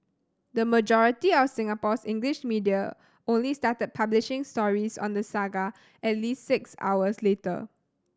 the majority of Singapore's English media only started publishing stories on the saga at least six hours later